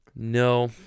No